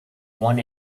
want